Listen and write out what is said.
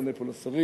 פונה פה לשרים,